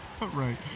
Right